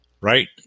Right